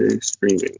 streaming